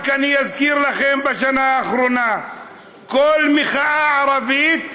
אני אזכיר לכם שרק בשנה האחרונה כל מחאה ערבית,